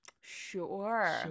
Sure